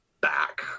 back